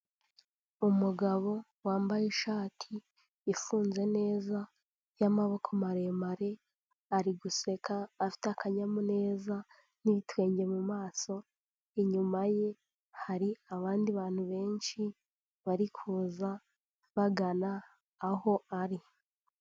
Umugabo wambaye ishati ifunze neza y'amaboko maremare ari guseka afite akanyamuneza n'ibitwenge mu maso, inyuma ye hari abandi bantu benshi bari kuza bagana aho ari.